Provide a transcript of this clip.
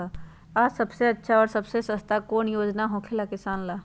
आ सबसे अच्छा और सबसे सस्ता कौन योजना होखेला किसान ला?